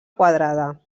quadrada